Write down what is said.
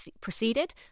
proceeded